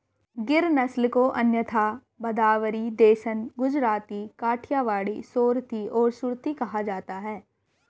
गिर नस्ल को अन्यथा भदावरी, देसन, गुजराती, काठियावाड़ी, सोरथी और सुरती कहा जाता है